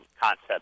concept